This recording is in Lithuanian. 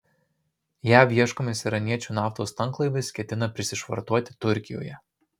jav ieškomas iraniečių naftos tanklaivis ketina prisišvartuoti turkijoje